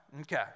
Okay